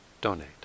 donate